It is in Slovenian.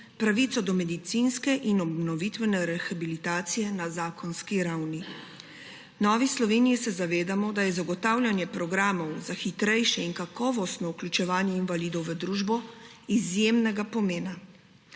pravico do medicinske in obnovitvene rehabilitacije na zakonski ravni. V Novi Sloveniji se zavedamo, da je zagotavljanje programov za hitrejše in kakovostno vključevanje invalidov v družbo izjemnega pomena.